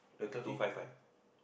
two five five